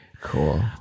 Cool